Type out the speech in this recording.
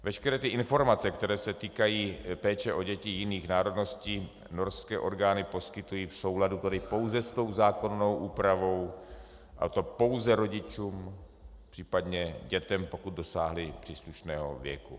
Veškeré informace, které se týkají péče o děti jiných národností, norské orgány poskytují v souladu pouze s tou zákonnou úpravou, a to pouze rodičům, příp. dětem, pokud dosáhly příslušného věku.